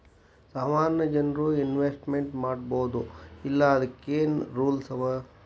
ಸಾಮಾನ್ಯ ಜನ್ರು ಇನ್ವೆಸ್ಟ್ಮೆಂಟ್ ಮಾಡ್ಬೊದೋ ಇಲ್ಲಾ ಅದಕ್ಕೇನ್ ರೂಲ್ಸವ?